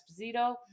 Esposito